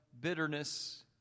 Bitterness